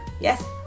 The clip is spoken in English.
yes